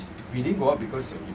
oh